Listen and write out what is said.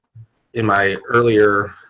in my earlier.